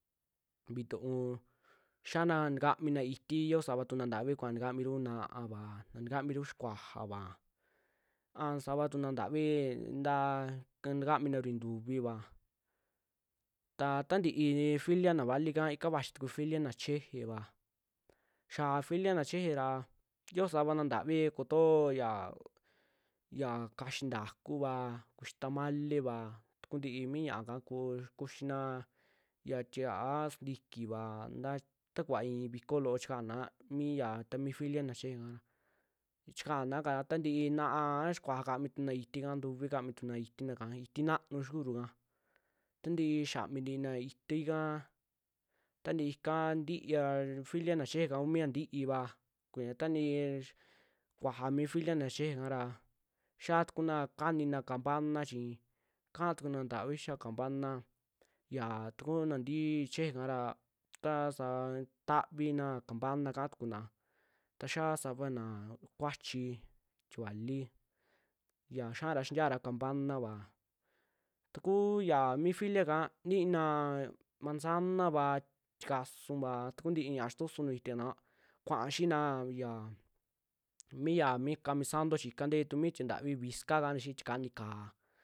Vituu xiana takamina iti xio savatuna ntavi kua takamiru na'ava, na takamiru xikuajava a savatuna ntavi nta takaminaru ntuviva, taa tanti'i filia na valika ika vaxi tuku filia naa chejeva, xiaa filia na cheje ra xio savana ntavi kutoo ya kaxii ntakuva, kuxi tamaleva, tukuntii mi ña'aka ko'o kuxina, xia tia'a sintikiva nta ta kuva i'i viko loo chkaana miya tamii filia naa chejeka, chikana kaa tantii naa a xikua kaami tuna itika, a ntuvi kaami tuna itina ika, iti naanu xikuuruka, tantii xiami ntiina itika, tantii ika ntiaa filiana cheje ku mia ntiiva, kua tantii kuaja mi filia na cheje kara, xiaa tukuna kanina campana chi kaa tuku naa ntavi xia campana xiaa taku na'a ntii cheje kara tasa tavinaa campana kaatukuna, ta xia savana kuachi, tie kuali ya xiara xintiara campanava, ta kuu ya mi filiaka kiina manzanava, tikasuva, ta kuu ntii ña'a xintoso nuju itaka kuaa xina ya, mia mi kamisanto chi ika ntee tu mi tie ntavi viska kaana xi'i tie kani ka'á.